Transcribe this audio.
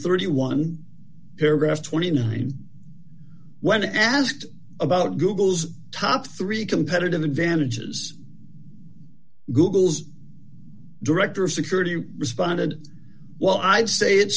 paragraph twenty nine when asked about google's top three competitive advantages google's director of security responded well i'd say it's